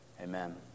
Amen